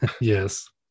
Yes